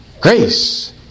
grace